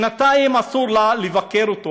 שנתיים אסור לה לבקר אותו.